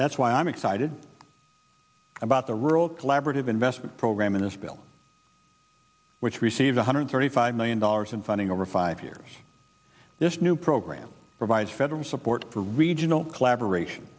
that's why i'm excited about the rural collaborative investment program in this bill which received one hundred thirty five million dollars in funding over five years this new program provides federal support for regional collaboration